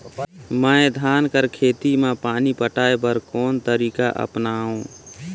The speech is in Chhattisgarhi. मैं धान कर खेती म पानी पटाय बर कोन तरीका अपनावो?